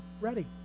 ready